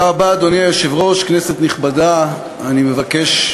אדוני היושב-ראש, תודה רבה,